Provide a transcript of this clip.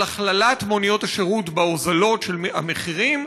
הכללת מוניות השירות בהוזלות של המחירים,